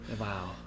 Wow